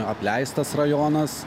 apleistas rajonas